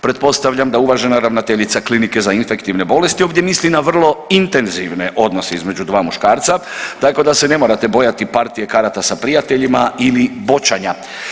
Pretpostavljam da uvažena ravnateljica Klinike za infektivne bolesti ovdje misli na vrlo intenzivne odnose između dva muškarca tako da se ne morate bojati partije karata sa prijateljima ili boćanja.